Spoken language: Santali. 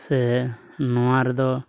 ᱥᱮ ᱱᱚᱣᱟ ᱨᱮᱫᱚ